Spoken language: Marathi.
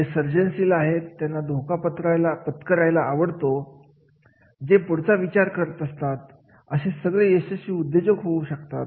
जे सर्जनशील आहेत ज्यांना धोका पत्करायला आवडतो जे पुढचा विचार करतात असे सगळे यशस्वी उद्योजक होऊ शकतात